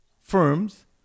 firms